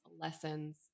lessons